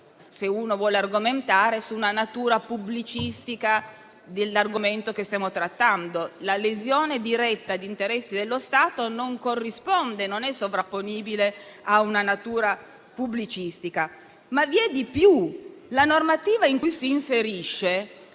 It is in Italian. se si vuole argomentare, su una natura pubblicistica dell'argomento che stiamo trattando: la lesione diretta di interessi dello Stato non corrisponde e non è sovrapponibile a una natura pubblicistica. Ma vi è di più; la normativa in cui si inserisce